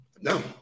no